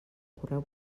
correu